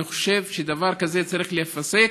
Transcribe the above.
אני חושב שדבר כזה צריך להיפסק,